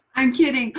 i'm kidding.